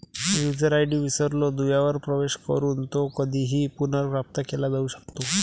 user ID विसरलो दुव्यावर प्रवेश करून तो कधीही पुनर्प्राप्त केला जाऊ शकतो